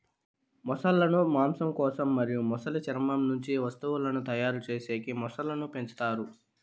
మొసళ్ళ ను మాంసం కోసం మరియు మొసలి చర్మం నుంచి వస్తువులను తయారు చేసేకి మొసళ్ళను పెంచుతారు